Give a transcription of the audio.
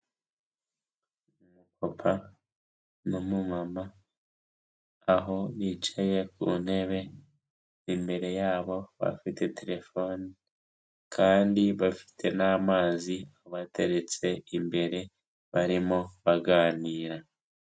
Umupapa n'umumama aho bicaye ku ntebe, imbere yabo bafite terefone kandi bafite n'amazi abateretse imbere barimo baganira.